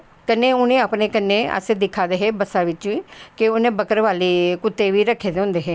कन्नैं उने कन्नैं अस दिक्खा दे हे बस्सा बिच्चा दा ते उनें बक्करबाली कुत्ते बी रक्खे दे होंदे हे